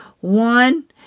One